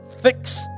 fix